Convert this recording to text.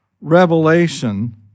revelation